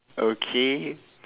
okay